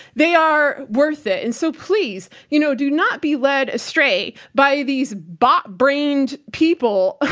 they are worth it. and so please, you know, do not be led astray by these bot-brained people,